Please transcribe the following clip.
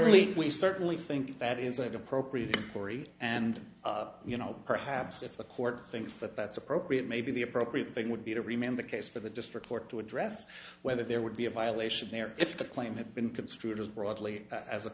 certainly we certainly think that is appropriate for e and you know perhaps if the court thinks that that's appropriate maybe the appropriate thing would be to remain the case for the district court to address whether there would be a violation there if the claim had been construed as broadly as a